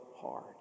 hard